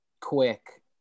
quick